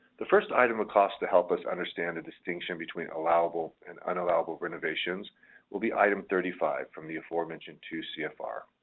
the first item of cost to help us understand the distinction between allowable and unallowable renovations will be item thirty five, from the aforementioned two cfr.